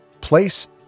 place